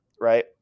right